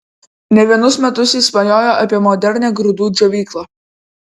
ne vienus metus jis svajojo apie modernią grūdų džiovyklą